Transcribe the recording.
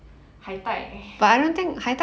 海带